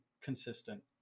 consistent